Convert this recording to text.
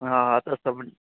हा हा त सभिनी